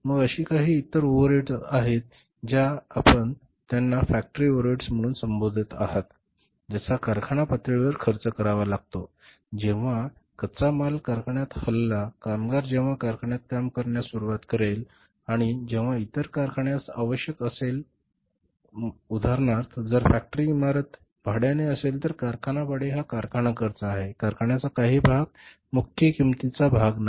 मग अशी काही इतर ओव्हरहेड्स आहेत ज्या आपण त्यांना फॅक्टरी ओव्हरहेड्स म्हणून संबोधत आहात ज्याचा कारखाना पातळीवर खर्च करावा लागतो जेव्हा कच्चा माल कारखान्यात हलला कामगार जेव्हा कारखान्यात काम करण्यास सुरवात करेल आणि जेव्हा इतर कारखान्यास आवश्यक असेल म्हणा उदाहरणार्थ जर फॅक्टरी इमारत भाड्याने असेल तर कारखाना भाडे हा कारखाना खर्च आहे कारखान्याचा काही भाग मुख्य किंमतीचा भाग नाही